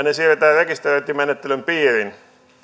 ne siirretään rekisteröintimenettelyn piiriin